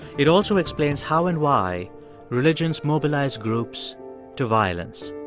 it also explains how and why religions mobilize groups to violence.